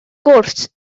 gwrs